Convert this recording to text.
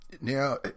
Now